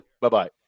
Bye-bye